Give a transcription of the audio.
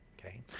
okay